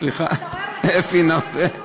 סליחה, אפי נוה,